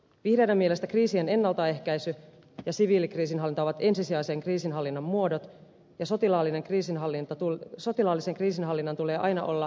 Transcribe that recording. vihreiden mielestä kriisien ennaltaehkäisy ja siviilikriisinhallinta ovat ensisijaisen kriisinhallinnan muodot ja sotilaallisen kriisinhallinnan tulee aina olla viimesijainen keino